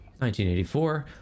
1984